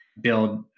build